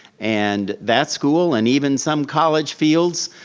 and that school and even some college fields,